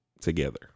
together